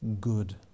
good